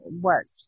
works